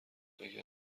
اگه